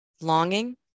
longing